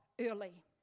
early